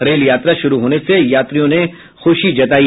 rail यात्रा शुरु होने से यात्रियों ने खुशी जतायी